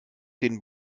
den